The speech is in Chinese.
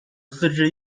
自治